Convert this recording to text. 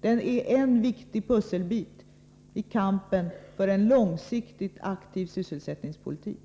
Denna utgör en viktig pusselbit i fråga om kampen för en långsiktigt aktiv sysselsättningspolitik.